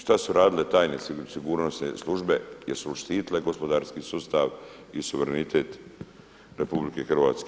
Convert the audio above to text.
Šta su radile tajne sigurnosne službe, jesu li štitile gospodarski sustav i suverenitet RH?